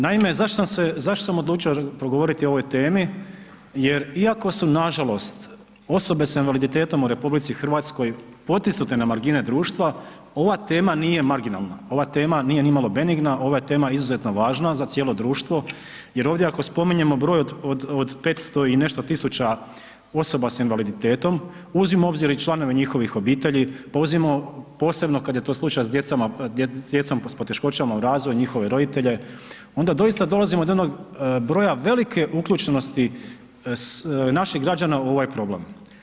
Naime zašto sam odlučio pogovoriti o ovoj temi jer iako su nažalost osobe sa invaliditetom u RH potisnute na margine društva, ova tema nije marginalna, ova tema nije nimalo benigna, ova tema je izuzetno važna za cijelo društvo jer ovdje ako spominjemo broj od 500 i nešto tisuća osoba sa invaliditetom, uzmimo u obzir i članovi njihovih obitelji pa uzmimo posebno kad je to slučaj sa djecom s poteškoćama u razvoju i njihove roditelje, onda doista dolazimo do onog broja velike uključenosti naših građana u ovaj problem.